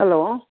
hello